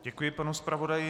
Děkuji panu zpravodaji.